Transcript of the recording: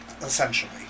essentially